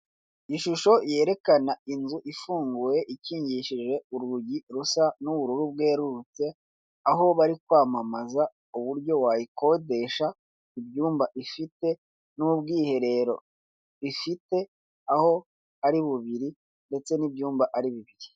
Ishusho yerekana inzu ifunguye ikingishije urugi rusa n'ubururu bwerurutse, aho bari kwamamaza uburyo wayikodesha ibyumba ifite n'ubwiherero ifite aho ari bubiri ndetse nibyumba ari bibiri.